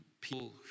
People